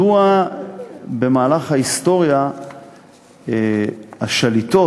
מדוע במהלך ההיסטוריה השליטות,